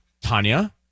Tanya